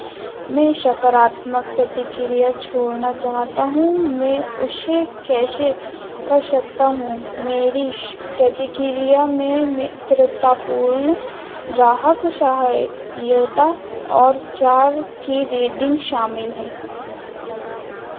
मैं सकारात्मक प्रतिक्रिया छोड़ना चाहता हूं मैं उसे कैसे कर सकता हूँ मेरी प्रतिक्रिया में मित्रतापूर्ण ग्राहक सहायता और चार की रेटिंग शामिल है